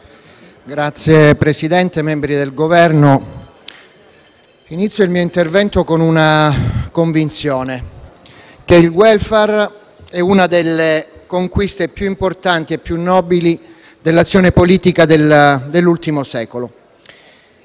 Signor Presidente, membri del Governo, inizio il mio intervento con una convinzione: il *welfare* è una delle conquiste più importanti e più nobili dell'azione politica dell'ultimo secolo.